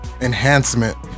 enhancement